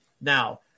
Now